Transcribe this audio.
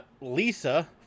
Lisa